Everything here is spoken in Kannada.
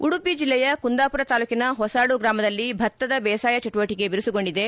ಉಡುಪಿ ಜಿಲ್ಲೆಯ ಕುಂದಾಪುರ ತಾಲೂಕಿನ ಹೊಸಾಡು ಗ್ರಾಮದಲ್ಲಿ ಭತ್ತದ ಬೇಸಾಯ ಚಟುವಟಿಕೆ ಬಿರುಸುಗೊಂಡಿದೆ